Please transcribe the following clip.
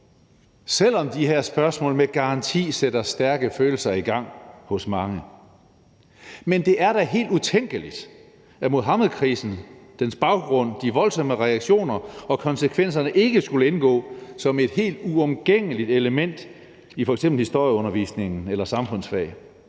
selv om de her spørgsmål med garanti sætter stærke følelser i gang hos mange. Men det er da helt utænkeligt, at Muhammedkrisen, dens baggrund, de voldsomme reaktioner og konsekvenserne ikke skulle indgå som et helt uomgængeligt element i f.eks. historieundervisningen eller